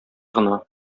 гына